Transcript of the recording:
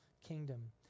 kingdom